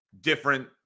different